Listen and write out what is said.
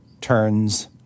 turns